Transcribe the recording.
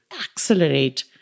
accelerate